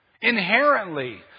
Inherently